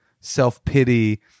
self-pity